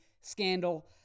Scandal